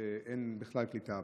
בהם בכלל קליטה.